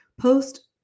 post